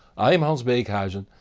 i am hans beekhuyzen,